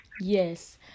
Yes